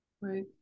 Right